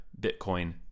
Bitcoin